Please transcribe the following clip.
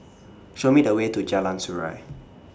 Show Me The Way to Jalan Surau